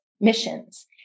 missions